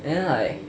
then like